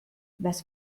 was